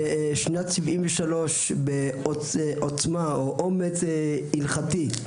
בשנת 1973 באומץ הלכתי,